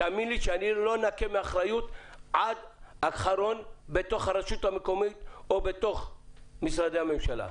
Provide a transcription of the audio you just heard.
אני לא אנקה מאחריות עד אחרון ברשות המקומית או במשרדי הממשלה,